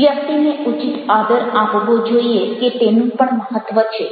વ્યક્તિને ઉચિત આદર આપવો જોઈએ કે તેનું પણ મહત્ત્વ છે